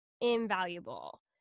invaluable